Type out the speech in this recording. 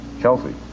Chelsea